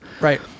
right